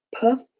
Puff